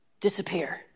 disappear